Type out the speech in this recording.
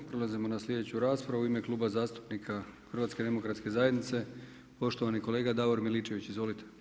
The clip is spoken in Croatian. Prelazimo na sljedeću raspravu u ime Kluba zastupnika Hrvatske demokratske zajednice, poštovani kolega Davor Miličević, izvolite.